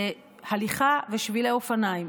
הליכה ושבילי אופניים.